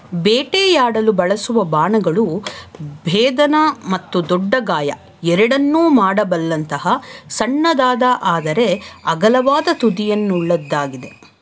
ಬೇಟೆಯಾಡಲು ಬಳಸುವ ಬಾಣಗಳು ಭೇದನ ಮತ್ತು ದೊಡ್ಡ ಗಾಯ ಎರಡನ್ನೂ ಮಾಡಬಲ್ಲಂತಹ ಸಣ್ಣದಾದ ಆದರೆ ಅಗಲವಾದ ತುದಿಯನ್ನುಳ್ಳದ್ದಾಗಿದೆ